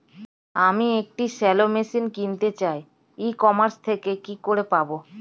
আমি একটি shallow machine কিনতে চাই ই কমার্স থেকে কি করে পাবো?